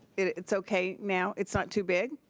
it's okay now, it's not too big?